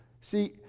See